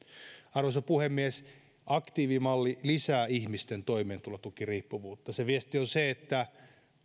arvoisa puhemies aktiivimalli lisää ihmisten toimeentulotukiriippuvuutta sen viesti on se että